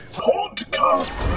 podcast